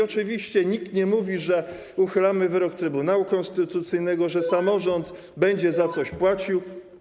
Oczywiście nikt nie mówi, że uchylamy wyrok Trybunału Konstytucyjnego, że samorząd będzie za coś płacił.